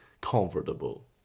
comfortable